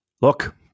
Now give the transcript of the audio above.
Look